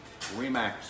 Remax